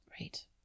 Right